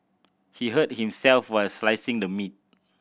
he hurt himself while slicing the meat